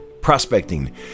Prospecting